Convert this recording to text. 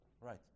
Right